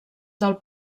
del